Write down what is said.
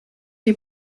die